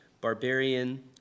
barbarian